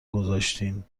گذاشتین